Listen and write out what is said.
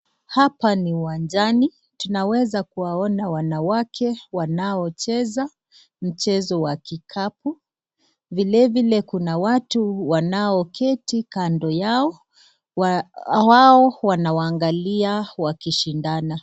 Hapa ni uwanjani, tunaweza kuwaona wanawake wanaocheza mchezo wa kikapu. Vile vile kuna watu wanaoketi kando yao, wao wanawaangalia wakishindana.